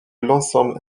l’ensemble